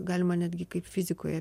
galima netgi kaip fizikoje